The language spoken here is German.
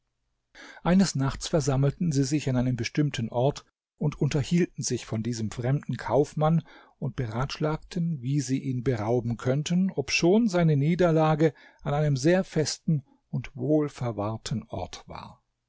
eines nachts versammelten sie sich an einem bestimmten ort und unterhielten sich von diesem fremden kaufmann und beratschlagten wie sie ihn berauben könnten obschon seine niederlage an einem sehr festen und wohlverwahrten ort war